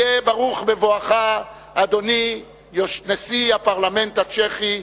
אדוני נשיא הפרלמנט הצ'כי,